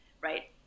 right